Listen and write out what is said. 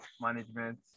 management